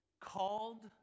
called